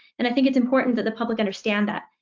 and i think it's important that the public understand that.